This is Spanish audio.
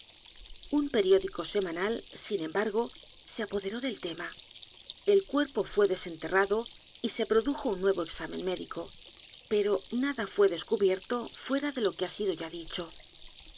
un periódico semanal sin embargo se apoderó del t e m a el cuerpo fué desenterrado y se produjo un nuevo examen médico pero nada fué descubierto fuera de lo que ha sid ya dicho